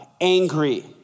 angry